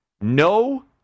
No